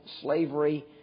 slavery